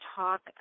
talk